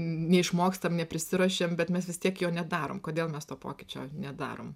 neišmokstam neprisiruošiam bet mes vis tiek jo nedarom kodėl mes to pokyčio nedarom